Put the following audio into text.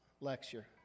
lecture